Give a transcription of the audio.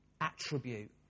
attribute